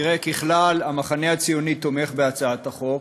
תראה, ככלל, המחנה הציוני תומך בהצעת החוק,